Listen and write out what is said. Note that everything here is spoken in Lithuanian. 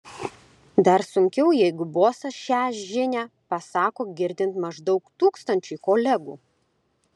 dar sunkiau jeigu bosas šią žinią pasako girdint maždaug tūkstančiui kolegų